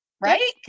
right